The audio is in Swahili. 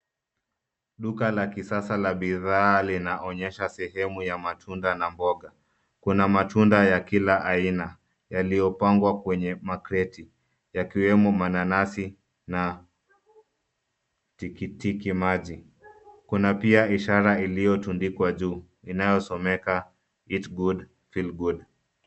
Duka la kisasa la bidhaa linaonyesha sehemu ya matunda na mboga. Kuna matunda ya kila aina, yaliyopangwa kwenye makreti yakiwemo mananasi na tikitiki maji. Kuna pia ishara iliyotundikwa juu inayosomeka eat good feel good .